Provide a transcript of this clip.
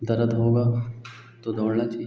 दर्द होगा तो दौड़ना चाहिए